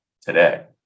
today